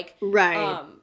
Right